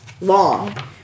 long